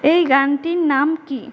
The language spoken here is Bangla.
এই গানটির নাম কী